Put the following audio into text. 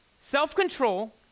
Self-control